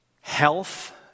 health